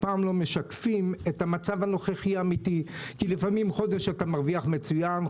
פעם לא משקפים את המצב הנוכחי האמיתי כי לפעמים חודש אתה מרוויח מצוין,